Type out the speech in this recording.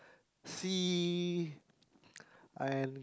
see I'm